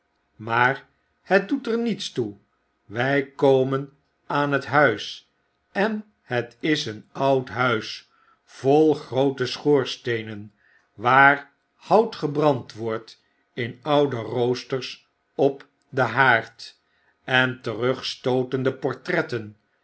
maar het doet er niets toe wy komen aan het huis en het is een oud huis vol groote schoorsteenen waar hout gebrand wordt in oude roosters op den haard en terugstootende portretten